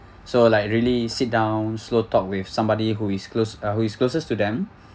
so like really sit down slow talk with somebody who is closed uh who is closest to them